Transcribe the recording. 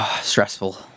Stressful